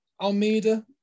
Almeida